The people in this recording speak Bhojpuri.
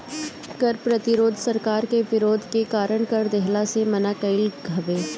कर प्रतिरोध सरकार के विरोध के कारण कर देहला से मना कईल हवे